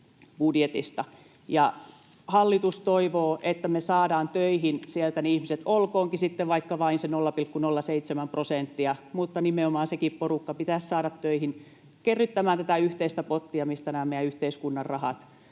budjetista. Hallitus toivoo, että me saadaan töihin sieltä ne ihmiset, olkoonkin sitten vaikka vain se 0,07 prosenttia, mutta nimenomaan sekin porukka pitäisi saada töihin kerryttämään tätä yhteistä pottia, mistä nämä meidän yhteiskunnan rahat